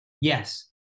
yes